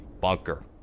Bunker